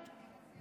גם את.